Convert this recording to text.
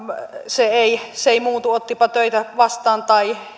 se ei se ei muutu ottipa töitä vastaan tai